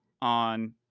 on